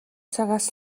цагаас